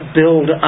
build